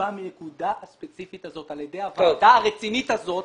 בנקודה הספציפית הזאת על ידי הוועדה הרצינית הזאת,